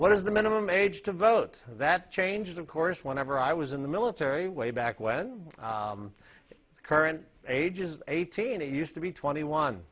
what is the minimum age to vote that changed of course whenever i was in the military way back when the current age is eighteen it used to be twenty one